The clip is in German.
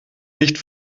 nicht